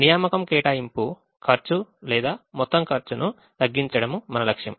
నియామకం కేటాయింపు ఖర్చు లేదా మొత్తం ఖర్చును తగ్గించడం మన లక్ష్యం